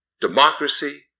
Democracy